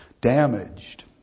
Damaged